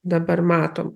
dabar matom